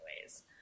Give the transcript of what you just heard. ways